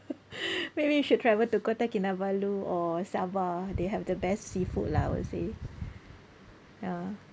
maybe you should travel to Kota Kinabalu or Sabah they have the best seafood lah I would say ya